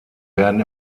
werden